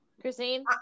Christine